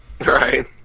Right